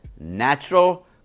natural